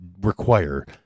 require